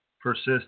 persist